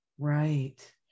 Right